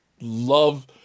love